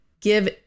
give